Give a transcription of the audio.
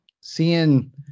Seeing